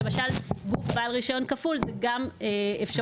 למשל גוף בעל רישיון כפול זה גם אפשרות